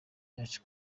yacu